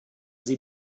sie